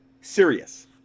serious